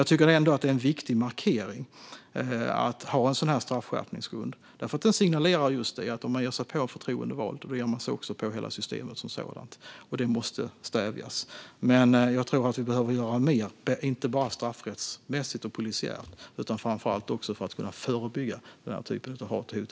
Jag tycker ändå att det är en viktig markering att ha en sådan straffskärpningsgrund. Det signalerar just att om man ger sig på förtroendevalda ger man sig också på hela systemet. Det måste stävjas. Jag tror dock att vi behöver göra mer, inte bara straffrättsligt eller polisiärt utan framför allt också för att kunna förebygga sådant hat och hot.